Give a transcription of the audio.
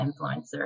influencer